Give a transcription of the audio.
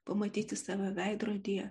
pamatyti save veidrodyje